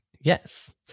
yes